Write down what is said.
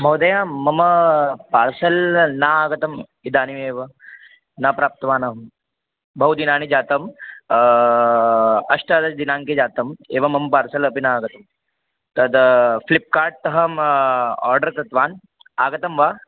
महोदय मम पार्सल् नागतम् इदानीमेव न प्राप्तवानहं बहून दिनानि जातानि अष्टादशदिनाङ्के जातम् एवं मम पार्सल् अपि नागतं तद् फ़्लिप्कार्ट् तः अहं ओर्डर् कृतवान् आगतं वा